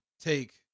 take